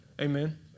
Amen